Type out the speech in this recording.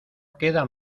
quedan